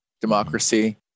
democracy